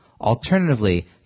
Alternatively